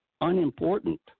unimportant